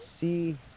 see